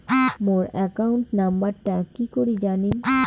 মোর account নাম্বারটা কি করি জানিম?